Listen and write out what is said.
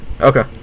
Okay